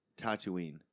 Tatooine